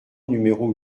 numéro